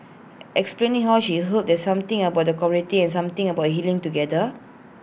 explaining how she healed there's something about the community and something about healing together